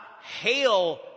hail